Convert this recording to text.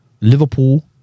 Liverpool